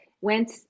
went